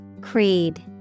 Creed